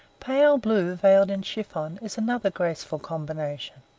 pale blue veiled in chiffon is another grateful combination.